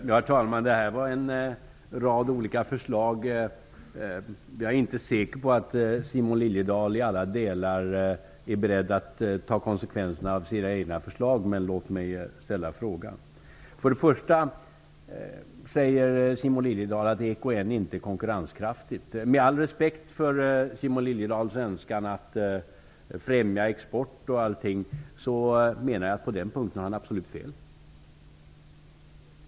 Herr talman! Detta var en rad olika förslag. Jag är inte säker på att Simon Liliedahl är beredd att i alla delar ta konsekvenserna av sina egna förslag, men låt mig ställa frågan. Simon Liliedahl säger att EKN inte är konkurrenskraftigt. Med all respekt för Simon Liliedahls önskan att främja export osv. menar jag att han har absolut fel på den punkten.